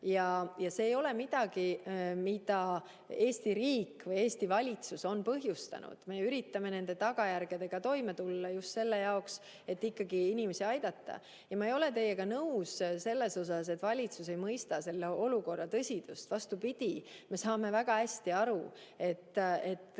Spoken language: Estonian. See ei ole midagi sellist, mida Eesti riik või Eesti valitsus on põhjustanud. Me üritame nende tagajärgedega toime tulla, just selleks, et ikkagi inimesi aidata. Ma ei ole teiega nõus selle koha pealt, et valitsus ei mõista olukorra tõsidust. Vastupidi, me saame väga hästi aru, et